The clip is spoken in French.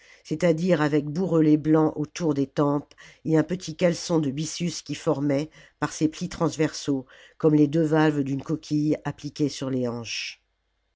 c'est-à-dire avec bourrelet blanc autour des tempes et un petit caleçon de bjssus qui formait par ses plis transversaux comme les deux valves d'une coquille appliquée sur les hanches